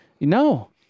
No